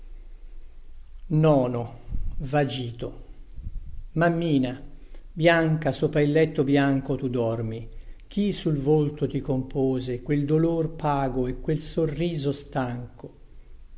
un mistero mammina bianca sopra il letto bianco tu dormi chi sul volto ti compose quel dolor pago e quel sorriso stanco